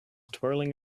twirling